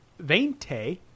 veinte